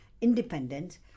independence